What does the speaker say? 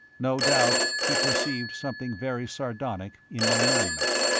no doubt he perceived something very sardonic in my merriment.